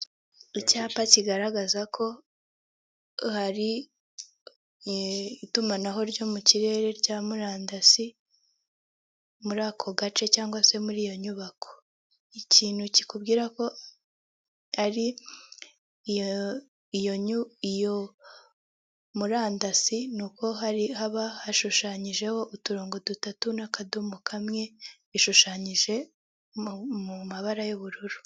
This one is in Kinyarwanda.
Icyapa kigaragaza ko hari itumanaho ryo mu kirere rya murandasi, muri ako gace cyangwa se muri iyo nyubako. Ikintu kikubwira ko ari iyo murandasi ni uko hari haba hashushanyijeho uturongo dutatu n'akadomo kamwe, bishushanyije mu mabara y'ubururu.